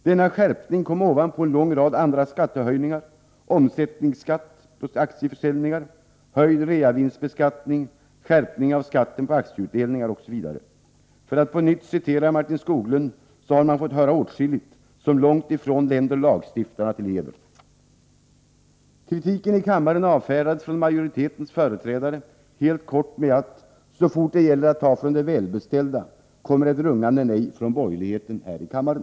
Denna skärpning kom ovanpå en lång rad andra skattehöjningar: omsättningsskatt på aktieförsäljningar, höjd reavinstbeskattning, skärpning av skatten vid aktieutdelningar osv. ”Man har fått höra åtskilligt som långt ifrån länder lagstiftarna till heder”, för att på nytt citera Martin Skoglund. Kritiken i kammaren avfärdades från majoritetens företrädare helt kort med att ”så fort det gäller att ta från de välbeställda, kommer ett rungande nej från borgerligheten här i kammaren”.